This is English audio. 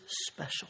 special